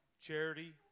Charity